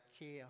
care